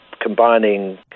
combining